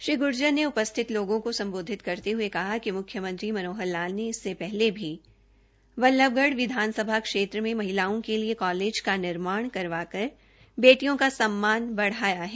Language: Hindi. श्री गूर्जर ने उपस्थित लोगों को सम्बोधित करते हए कहा कि मुख्यमंत्री मनोहर लाल ने इससे पहले भी बल्लभगढ़ विधानसभा क्षेत्र में महिलाओं का कॉलेज का निर्माण करवाकर बेटियों का सम्मान बढ़ाया है